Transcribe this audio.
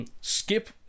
Skip